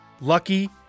Lucky